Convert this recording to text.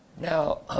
Now